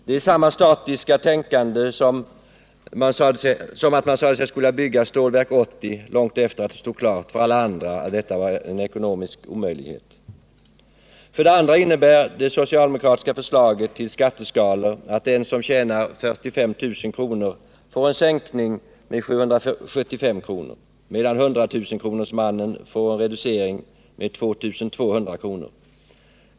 Det är samma statiska tänkande som att man sade sig skola bygga Stålverk 80 långt efter det att det stod klart för alla andra att detta var en ekonomisk omöjlighet. För det andra innebär det socialdemokratiska förslaget till skatteskalor att den som tjänar 45 000 kr. får en sänkning med 775 kr., medan 100 000 kronorsmannen får en reducering med 2 200 kr.